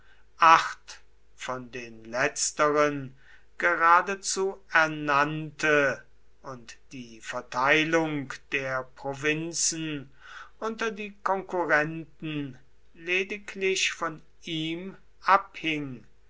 acht von den letzteren geradezu ernannte und die verteilung der provinzen unter die konkurrenten lediglich von ihm abhing